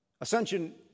Ascension